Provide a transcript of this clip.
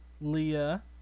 Leah